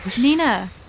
Nina